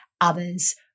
others